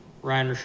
Ryan